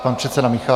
Pan předseda Michálek.